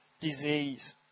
disease